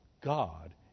God